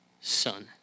son